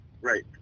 Right